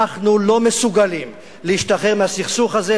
אנחנו לא מסוגלים להשתחרר מהסכסוך הזה,